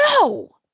no